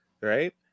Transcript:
right